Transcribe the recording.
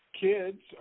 Kids